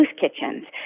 kitchens